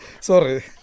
Sorry